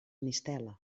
mistela